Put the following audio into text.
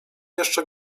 jeszcze